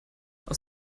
aus